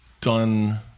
done